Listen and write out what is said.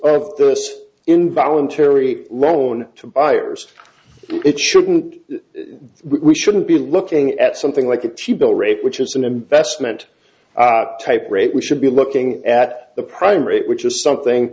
of this involuntary loan to buyers it shouldn't we shouldn't be looking at something like a t bill rate which is an investment type rate we should be looking at the prime rate which is something